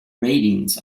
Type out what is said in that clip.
ratings